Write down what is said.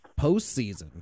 postseason